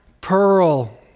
pearl